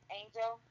angel